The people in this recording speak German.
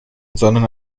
sondern